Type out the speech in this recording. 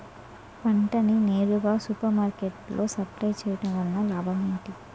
పంట ని నేరుగా సూపర్ మార్కెట్ లో సప్లై చేయటం వలన లాభం ఏంటి?